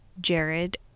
Jared